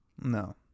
no